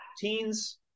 teens